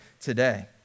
today